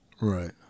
Right